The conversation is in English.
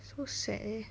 so sad eh